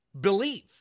believe